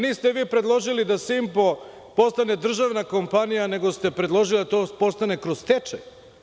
Niste vi predložili da „Simpo“ postane državna kompanija, nego ste predložili da to postane kroz stečaj.